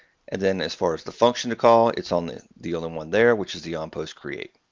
and then as far as the function to call, it's on the the other one there, which is the onpostcreate.